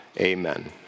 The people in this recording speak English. amen